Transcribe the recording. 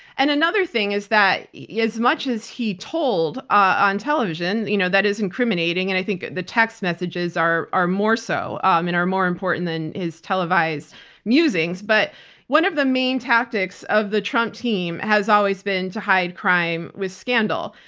and another thing is that yeah as much as he told on television, you know that is incriminating. and i think the text messages are are more so and are more important than his televised musings. but one of the main tactics of the trump team has always been to hide crime with scandal.